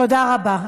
תודה רבה.